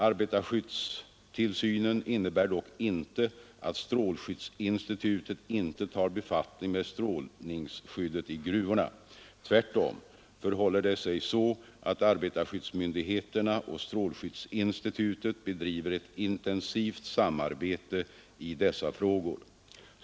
Arbetarskyddstillsynen innebär dock inte att strålskyddsinstitutet inte tar befattning med strålningsskyddet i gruvorna. Tvärtom förhåller det sig så, att arbetarskyddsmyndigheterna och strålskyddsinstitutet bedriver ett intensivt samarbete i dessa frågor.